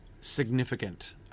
significant